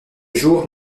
jour